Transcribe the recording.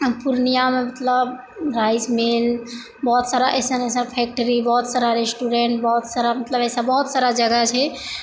आओर पूर्णियामे मतलब राइस मिल बहुत सारा अइसन अइसन फैक्ट्री बहुत सारा रेस्टोरेन्ट बहुत सारा मतलब ऐसा बहुत सारा जगह छै